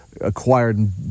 acquired